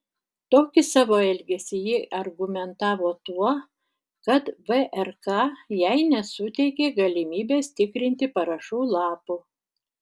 tokį savo elgesį ji argumentavo tuo kad vrk jai nesuteikė galimybės tikrinti parašų lapų